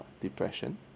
depression